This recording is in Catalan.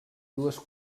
dues